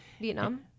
Vietnam